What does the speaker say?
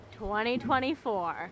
2024